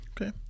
Okay